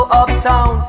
uptown